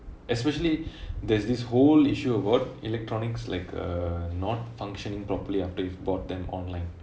especially there's this whole issue about electronics like uh not functioning properly after you bought them online